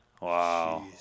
Wow